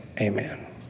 amen